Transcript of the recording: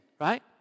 right